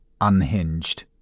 unhinged